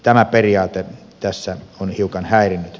tämä periaate tässä on hiukan häirinnyt